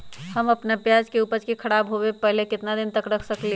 हम अपना प्याज के ऊपज के खराब होबे पहले कितना दिन तक रख सकीं ले?